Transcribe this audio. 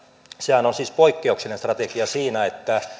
sehän on siis poikkeuksellinen strategia siinä että